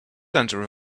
center